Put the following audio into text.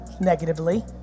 negatively